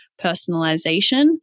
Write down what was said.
personalization